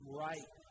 right